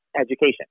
education